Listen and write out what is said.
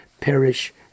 perish